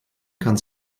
kann